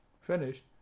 Finished